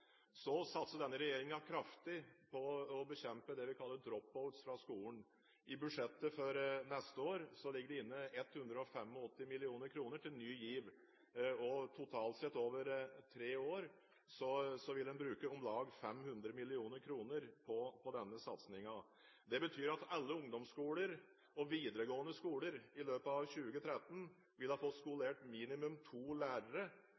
Så satser denne regjeringen kraftig på å bekjempe det vi kaller drop-out fra skolen. I budsjettet for neste år ligger det inne 185 mill. kr til Ny GIV, og totalt sett over tre år vil en bruke om lag 500 mill. kr på denne satsingen. Det betyr at alle ungdomsskoler og videregående skoler i løpet av 2013 vil ha fått skolert minimum to lærere,